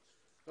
בשירות.